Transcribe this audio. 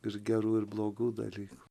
ir gerų ir blogų dalykų